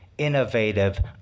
innovative